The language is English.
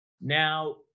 Now